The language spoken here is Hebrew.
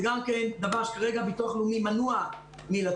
זה גם כן דבר שכרגע ביטוח לאומי מנוע מלתת.